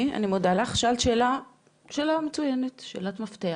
שאלת שאלה מצויינת, שאלת מפתח.